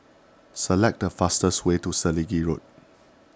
select the fastest way to Selegie Road